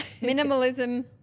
Minimalism